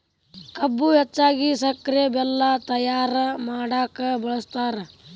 ಕಬ್ಬು ಹೆಚ್ಚಾಗಿ ಸಕ್ರೆ ಬೆಲ್ಲ ತಯ್ಯಾರ ಮಾಡಕ ಬಳ್ಸತಾರ